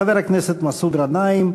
חבר הכנסת מסעוד גנאים,